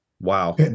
Wow